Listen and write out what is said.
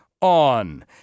on